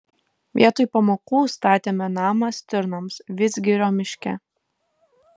vietoj pamokų statėme namą stirnoms vidzgirio miške